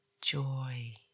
joy